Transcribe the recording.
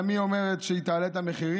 גם היא אומרת שהיא תעלה את המחירים,